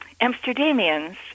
Amsterdamians